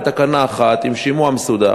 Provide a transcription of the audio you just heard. בתקנה אחת עם שימוע מסודר,